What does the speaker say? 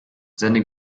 seine